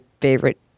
favorite